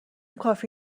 کافی